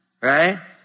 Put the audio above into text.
right